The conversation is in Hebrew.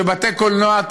שבתי קולנוע,